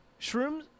Shrooms